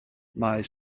mae